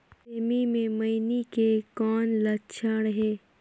सेमी मे मईनी के कौन लक्षण हे?